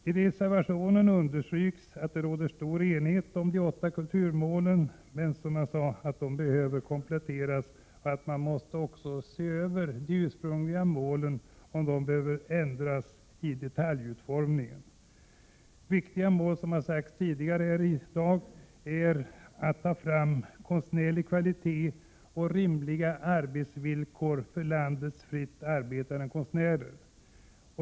I reservationen understryks att det råder stor enighet om de åtta kulturpolitiska mål som fastställdes 1974 men att dessa bör kompletteras med nya, och det kan också vara befogat att se över de ursprungliga kulturmålens detaljutformning. Viktiga mål som även bör tas fram är konstnärlig kvalitet och rimliga arbetsvillkor för landets fritt arbetande konstnärer.